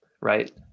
right